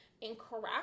incorrect